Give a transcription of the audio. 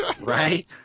right